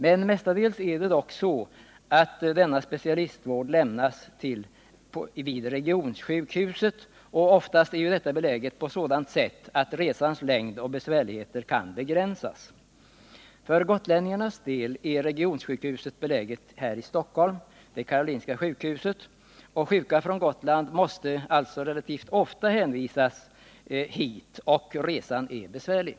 Men mestadels lämnas denna vård vid regionsjukhuset, och oftast är detta beläget på sådant sätt att resans längd och besvärligheterna kan begränsas. För gotlänningarnas del är regionsjukhuset beläget här i Stockholm — det är Karolinska sjukhuset. Sjuka från Gotland måste relativt ofta hänvisas hit, och resan är besvärlig.